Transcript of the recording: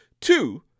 Two